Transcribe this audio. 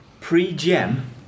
pre-gem